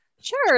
Sure